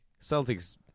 Celtics